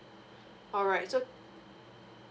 alright so